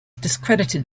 discredited